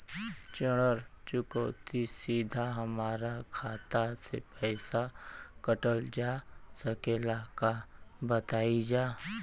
ऋण चुकौती सीधा हमार खाता से पैसा कटल जा सकेला का बताई जा?